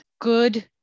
good